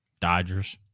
Dodgers